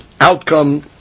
outcome